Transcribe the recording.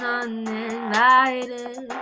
uninvited